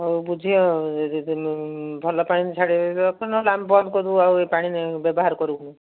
ହଉ ବୁଝିଲ ଭଲ ପାଣି ଛାଡ଼ ନ ନହେଲେ ବନ୍ଦ କରିଦେବୁ ଆଉ ଏଇ ପାଣି ବ୍ୟବହାର କରିବୁନି